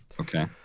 okay